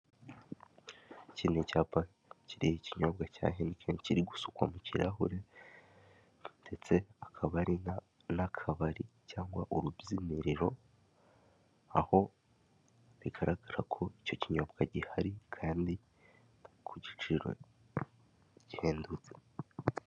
Iki ini icyapa kiriho ikinyobwa cya henikeni kiri gusukwa mu kirahure, ndeyse hakaba hari n'akabari cyangwa urubyiniriro, aho bigaragara ko icyo kinyobwa gihari kandi ku giciro gihendutse.